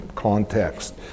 context